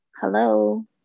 hello